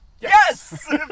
Yes